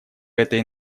этой